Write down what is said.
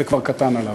זה כבר קטן עליו.